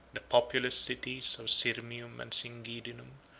the populous cities of sirmium and singidunum,